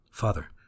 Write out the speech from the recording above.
Father